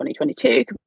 2022